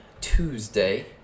Tuesday